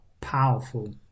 powerful